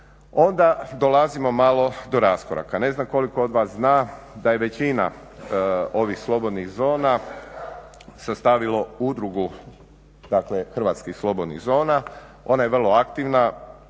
onda dolazimo malo do raskoraka. Ne znam koliko od vas zna da je većina ovih slobodnih zona sastavilo Udrugu hrvatskih slobodnih zona. Ona je vrlo aktivna.